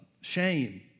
shame